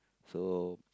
so